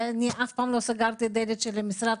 ואף פעם לא סגרתי את הדלת של המשרד,